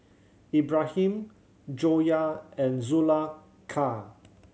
Ibrahim Joyah and Zulaikha